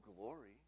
glory